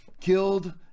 killed